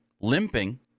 limping